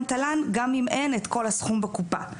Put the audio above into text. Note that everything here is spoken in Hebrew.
תל"ן גם אם אין את כל הסכום בקופה.